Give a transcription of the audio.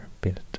built